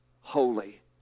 holy